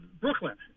Brooklyn